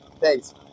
Thanks